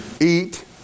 eat